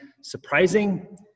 surprising